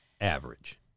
Average